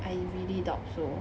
I really doubt so